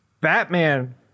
Batman